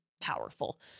powerful